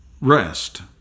rest